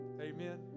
Amen